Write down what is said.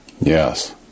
Yes